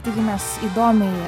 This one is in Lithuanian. tikimės įdomiai